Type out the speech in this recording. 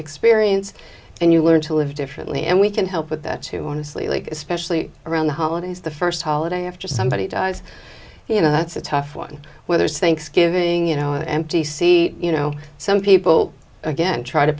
experience and you learn to live differently and we can help with that too honestly especially around the holidays the first holiday after somebody dies you know that's a tough one whether it's thanksgiving you know an empty see you know some people again try to